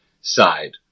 side